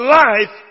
life